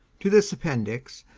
to this appendix,